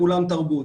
תרבות,